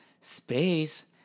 Space